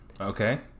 Okay